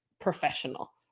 professional